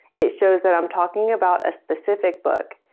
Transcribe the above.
it shows that i'm talking about a specific book,